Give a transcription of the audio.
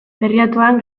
berriatuan